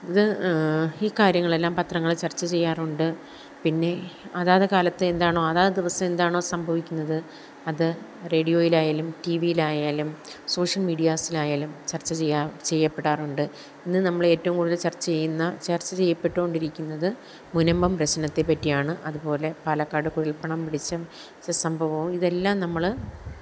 ഇത് ഈ കാര്യങ്ങളെല്ലാം പത്രങ്ങൾ ചര്ച്ച ചെയ്യാറുണ്ട് പിന്നെ അതാത് കാലത്തെ എന്താണോ അതാത് ദിവസം എന്താണോ സംഭവിക്കുന്നത് അത് റേഡിയോയിലായാലും ടീ വിയിലായാലും സോഷ്യല് മീഡിയാസിലായാലും ചര്ച്ച ചെയ്യുക ചെയ്യപ്പെടാറുണ്ട് ഇന്ന് നമ്മളേറ്റവും കൂടുതൽ ചര്ച്ച് ചെയ്യുന്ന ചര്ച്ച ചെയ്യപ്പെട്ടു കൊണ്ടിരിക്കുന്നത് മുനമ്പം പ്രശ്നത്തെപ്പറ്റിയാണ് അതുപോലെ പാലക്കാട് കുഴല്പ്പണം പിടിച്ച സംഭവവും ഇതെല്ലാം നമ്മൾ